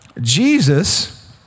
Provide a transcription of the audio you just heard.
Jesus